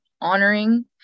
honoring